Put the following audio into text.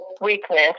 weakness